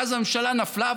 ואז הממשלה נפלה,